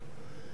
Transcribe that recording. יגון,